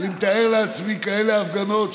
אני מתאר לעצמי כאלה הפגנות,